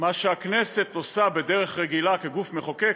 "מה שהכנסת עושה בדרך רגילה כגוף מחוקק",